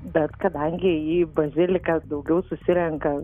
bet kadangi į bazilikas daugiau susirenka